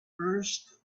first